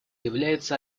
является